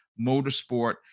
Motorsport